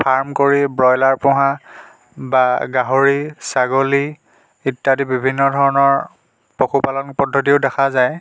farm কৰি broiler পোহা বা গাহৰি ছাগলী ইত্যাদি বিভিন্ন ধৰণৰ পশুপালন পদ্ধতিও দেখা যায়